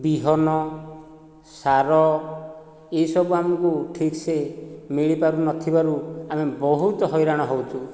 ବିହନ ସାର ଏହିସବୁ ଆମକୁ ଠିକ୍ ସେ ମିଳିପାରୁନଥିବାରୁ ଆମେ ବହୁତ ହଇରାଣ ହେଉଛୁ